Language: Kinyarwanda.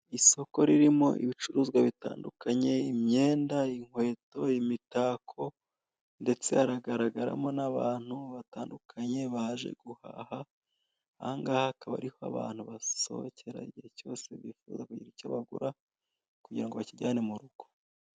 Isoko ririmo ibicuruzwa bitandukanye imyenda, inkweto, imitako ndetse haragaragaramo n'abantu batandukanye baje guhaha. Ahangaha akaba ariho abantu basohokera igihe cyose bifuza kugira icyo bagura, kugirango bakijyane mu rugo.